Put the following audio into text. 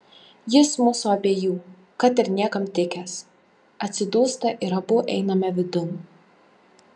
jis mūsų abiejų kad ir niekam tikęs atsidūsta ir abu einame vidun